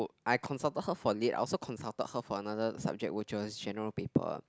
I consulted her for lit I also consulted her for another subject which was General Paper